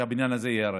שהבניין הזה ייהרס.